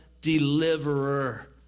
deliverer